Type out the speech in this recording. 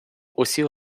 усіх